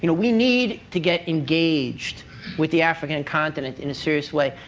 you know we need to get engaged with the african and continent in a serious way,